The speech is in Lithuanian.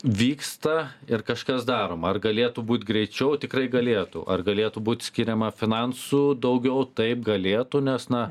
vyksta ir kažkas daroma ar galėtų būt greičiau tikrai galėtų ar galėtų būt skiriama finansų daugiau taip galėtų nes na